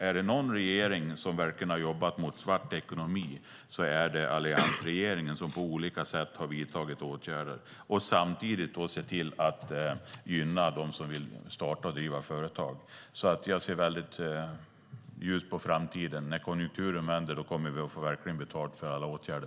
Är det någon regering som verkligen har jobbat mot svart ekonomi är det alliansregeringen, som på olika sätt har vidtagit åtgärder och samtidigt har sett till att gynna dem som vill starta och driva företag. Jag ser väldigt ljust på framtiden. När konjunkturen vänder kommer vi verkligen att få betalt för alla åtgärder.